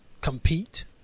compete